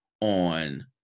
on